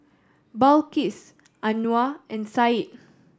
Balqis Anuar and Syed